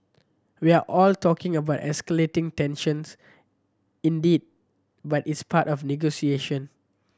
we are all talking about escalating tensions indeed but it's part of the negotiation